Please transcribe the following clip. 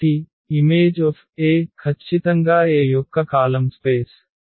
కాబట్టి Im ఖచ్చితంగా A యొక్క కాలమ్ స్పేస్